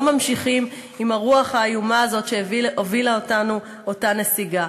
ולא ממשיכים עם הרוח האיומה הזאת שאליה הובילה אותנו אותה נסיגה.